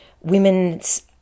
women's